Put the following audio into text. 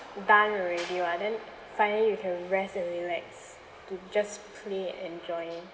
done already [what] then finally you can rest and relax to just play enjoy